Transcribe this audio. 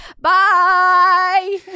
Bye